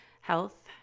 health